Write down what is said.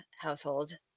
household